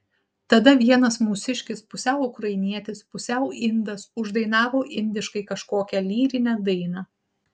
tada vienas mūsiškis pusiau ukrainietis pusiau indas uždainavo indiškai kažkokią lyrinę dainą